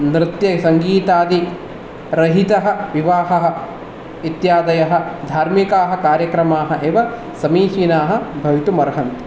नृत्ये सङ्गीतादिरहितः विवाहः इत्यादयः धार्मिकाः कार्यक्रमाः एव समीचिनाः भवितुमर्हन्ति